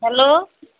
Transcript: hello